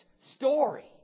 story